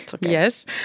Yes